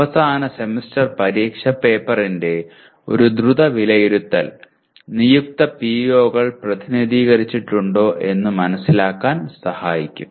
അവസാന സെമസ്റ്റർ പരീക്ഷ പേപ്പറിന്റെ ഒരു ദ്രുത വിലയിരുത്തൽ നിയുക്ത PO കൾ പ്രതിനിധീകരിച്ചിട്ടുണ്ടോ എന്ന് മനസിലാക്കാൻ സഹായിക്കും